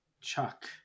Chuck